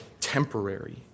temporary